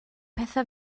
pethau